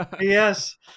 yes